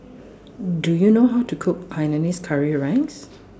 Do YOU know How to Cook Hainanese Curry Rice